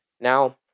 Now